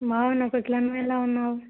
బాగున్నా కోకిల నువ్వు ఎలా ఉన్నావు